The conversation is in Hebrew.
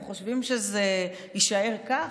אתם חושבים שזה יישאר כך?